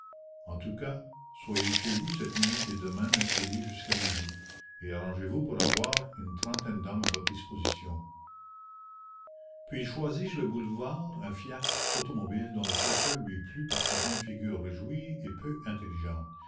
en tous cas soyez chez vous cette nuit et demain mercredi jusqu'à midi et arrangez-vous pour avoir une trentaine d'hommes à votre disposition puis il choisit sur le boulevard un fiacre automobile dont le chauffeur lui plut par sa bonne figure réjouie et peu intelligente